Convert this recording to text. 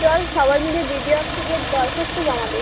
চল সবাই মিলে বিডিও অফিসে গিয়ে দরখাস্ত জমা দেই